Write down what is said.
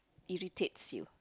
irritates you